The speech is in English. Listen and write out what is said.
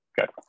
Okay